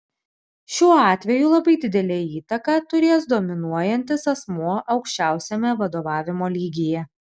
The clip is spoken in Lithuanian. šiuo atveju labai didelę įtaką turės dominuojantis asmuo aukščiausiame vadovavimo lygyje